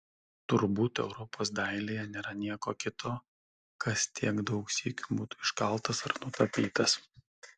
turbūt europos dailėje nėra nieko kito kas tiek daug sykių būtų iškaltas ar nutapytas